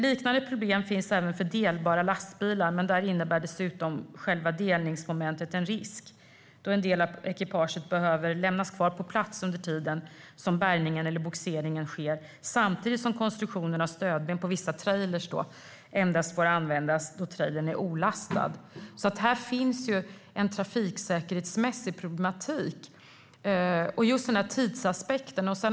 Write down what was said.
Liknande problem finns även för delbara lastbilar, men där innebär dessutom själva delningsmomentet en risk då en del av ekipaget behöver lämnas kvar på plats under den tid som bärgningen eller bogseringen sker samtidigt som konstruktionen av stödben på vissa trailrar endast får användas då trailern är olastad. Här finns en trafiksäkerhetsmässig problematik, och det handlar även om tidsaspekten.